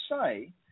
say